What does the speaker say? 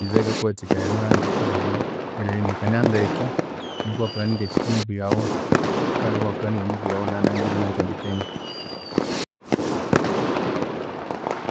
Ize yikakuwathikaya erinanga kale oho erirengekania ndeke nuku iwaplanninga emove yawu kale iwaplanninga move yawu iwunanangire iwunayithondekenie